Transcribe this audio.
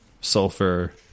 sulfur